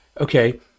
Okay